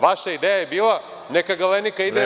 Vaša ideja je bila – neka „Galenika“ ide u stečaj.